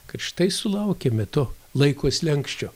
kad štai sulaukėme to laiko slenksčio